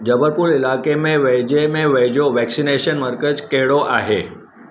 जबलपुर इलाइक़े में वेझे में वेझो वैक्सनेशन मर्कज़ कहिड़ो आहे